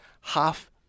half